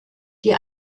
die